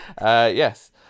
Yes